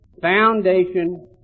Foundation